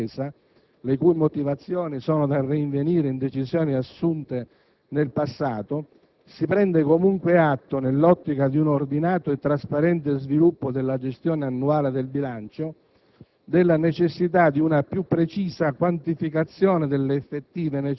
A prescindere, pertanto, dai problemi sostanziali connessi all'eccesso di spesa, le cui motivazioni sono da rinvenire in decisioni assunte nel passato, si prende comunque atto, nell'ottica di un ordinato e trasparente sviluppo della gestione annuale del bilancio,